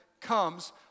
comes